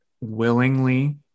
willingly